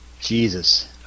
Jesus